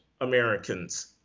americans